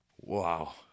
wow